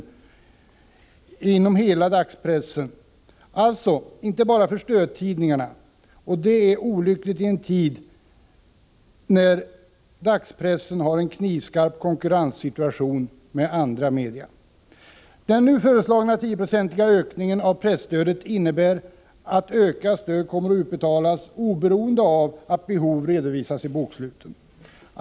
Det gäller alltså hela dagspressen — inte bara stödtidningarna — och detta är olyckligt i en tid när den har en knivskarp konkurrens från andra medier. Den nu föreslagna 10-procentiga ökningen av presstödet innebär att ökat stöd kommer att utbetalas oberoende av att behov redovisas i boksluten.